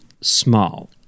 small